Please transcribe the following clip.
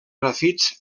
grafits